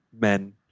men